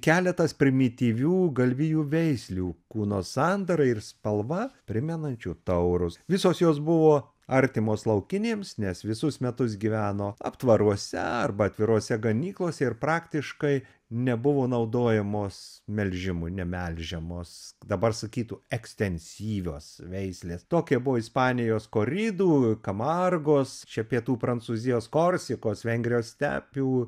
keletas primityvių galvijų veislių kūno sandara ir spalva primenančių taurus visos jos buvo artimos laukinėms nes visus metus gyveno aptvaruose arba atvirose ganyklose ir praktiškai nebuvo naudojamos melžimui nemelžiamos dabar sakytų ekstensyvios veislės tokia buvo ispanijos koridų kamargos čia pietų prancūzijos korsikos vengrijos stepių